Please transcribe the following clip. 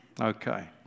Okay